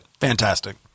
Fantastic